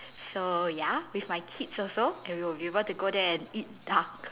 so ya with my kids also and we will be able to go there and eat duck